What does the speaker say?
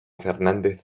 fernández